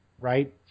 right